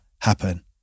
happen